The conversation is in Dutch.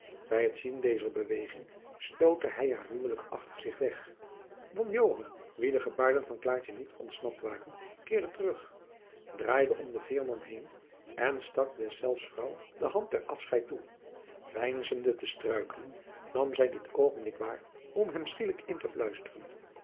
bij het zien dezer beweging stootte hij haar ruwelijk achter zich weg dan joan wien de gebaarden van klaartje niet ontsnapt waren keerde terug draaide om den veerman heen en stak aan deszelfs vrouw de hand ter afscheid toe veinzende te struikelen nam zij dit oogenblik waar om hem schielijk in te fluisteren